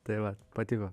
tai vat patiko